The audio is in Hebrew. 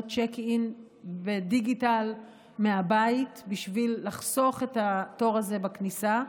צ'ק-אין בדיגיטל מהבית בשביל לחסוך את התור הזה בכניסה.